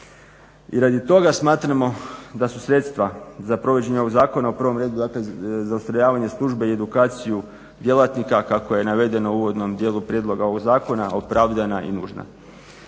I radi toga smatramo da su sredstva za provođenje ovog zakona u prvom redu dakle za ustrojavanje službe i edukaciju djelatnika kako je navedeno u uvodnom dijelu prijedloga ovog zakona opravdana i nužna.